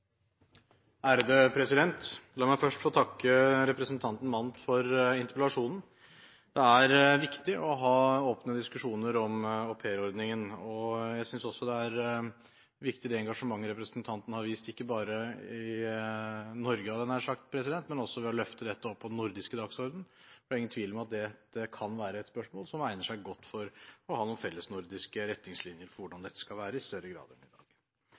La meg først få takke representanten Mandt for interpellasjonen. Det er viktig å ha åpne diskusjoner om aupairordningen. Jeg synes også det er viktig, det engasjementet representanten har vist, ikke bare i Norge, hadde jeg nær sagt, men også ved å løfte dette opp på den nordiske dagsordenen. For det er ingen tvil om at dette kan være et spørsmål som egner seg godt for å ha noen fellesnordiske retningslinjer for hvordan dette skal være, i større grad enn i dag.